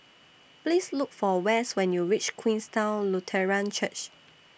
Please Look For West when YOU REACH Queenstown Lutheran Church